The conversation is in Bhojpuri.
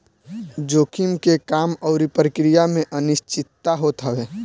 जोखिम के काम अउरी प्रक्रिया में अनिश्चितता होत हवे